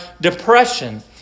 depression